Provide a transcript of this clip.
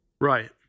Right